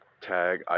tag